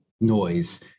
noise